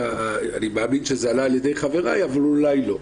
אני מאמין שזה עלה על ידי חבריי אבל אולי לא.